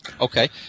Okay